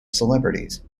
celebrities